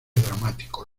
dramático